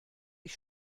ich